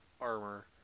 armor